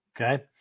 okay